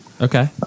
okay